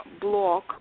block